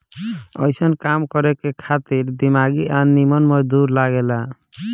अइसन काम करे खातिर दिमागी आ निमन मजदूर लागे ला